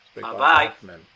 Bye-bye